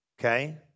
Okay